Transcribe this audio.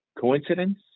coincidence